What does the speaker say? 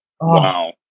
Wow